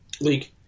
league